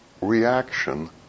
reaction